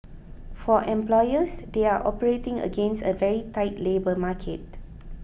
for employers they are operating against a very tight labour market